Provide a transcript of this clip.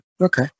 Okay